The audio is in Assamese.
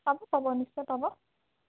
পাব পাব নিশ্চয় পাব